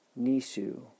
Nisu